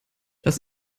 das